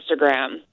Instagram